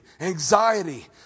anxiety